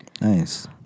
Nice